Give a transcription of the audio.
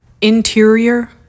Interior